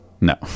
No